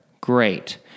Great